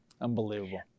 unbelievable